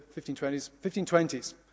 1520s